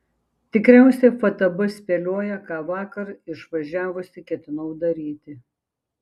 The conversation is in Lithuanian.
tikriausiai ftb spėlioja ką vakar išvažiavusi ketinau daryti